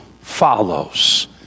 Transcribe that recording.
follows